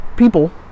people